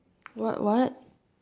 what what